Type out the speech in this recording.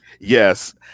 Yes